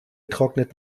trocknet